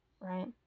right